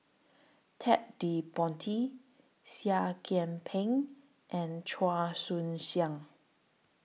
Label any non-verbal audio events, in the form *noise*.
Ted De Ponti Seah Kian Peng and Chua *unintelligible* Siang